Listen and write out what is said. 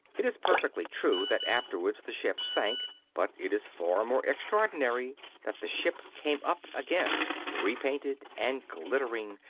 it is perfectly true that afterwards the ship sank but it is far more extraordinary that the ship came up again repainted and glittering,